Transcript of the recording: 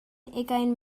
ugain